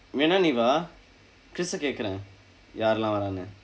வேணா நீ வா:veenaa nii vaa chris eh கேட்கிறேன் யாரெல்லாம் வராண்ட்டு:keetkireen yaarellaam varaantdu